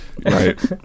Right